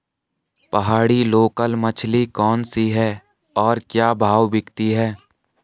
पहाड़ी लोकल मछली कौन सी है और क्या भाव बिकती है?